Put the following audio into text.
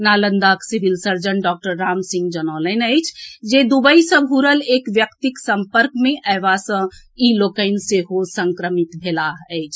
नालंदाक civil surgeon doctor Ram Singh जनौलनि अछि जे दुबई सँ घूरल एक व्यक्तिक सम्पर्क मे अएबा सँ ई लोकनि सेहो संक्रमित भेलाह अछि